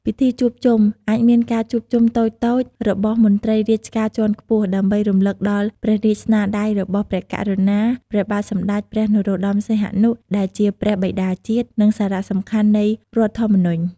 ពិធីជួបជុំ អាចមានការជួបជុំតូចៗរបស់មន្ត្រីរាជការជាន់ខ្ពស់ ដើម្បីរំលឹកដល់ព្រះរាជស្នាដៃរបស់ព្រះករុណា ព្រះបាទសម្តេចព្រះនរោត្តម សីហនុ ដែលជាព្រះបិតាជាតិ និងសារៈសំខាន់នៃរដ្ឋធម្មនុញ្ញ។